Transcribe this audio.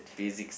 Physics